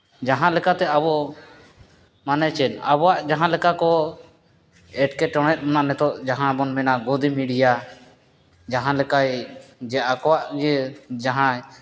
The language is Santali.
ᱡᱟᱦᱟᱸ ᱞᱮᱠᱟᱛᱮ ᱟᱵᱚ ᱢᱟᱱᱮ ᱪᱮᱫ ᱟᱵᱚᱣᱟᱜ ᱡᱟᱦᱟᱸ ᱞᱮᱠᱟ ᱠᱚ ᱮᱴᱠᱮᱴᱚᱬᱮ ᱢᱟ ᱱᱤᱛᱚᱜ ᱡᱟᱦᱟᱸ ᱵᱚᱱ ᱢᱮᱱᱟ ᱜᱳᱫᱤ ᱢᱤᱰᱤᱭᱟ ᱡᱟᱦᱟᱸ ᱞᱮᱠᱟᱭ ᱡᱮ ᱟᱠᱚᱣᱟᱜ ᱤᱭᱟᱹ ᱡᱟᱦᱟᱸᱭ